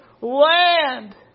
land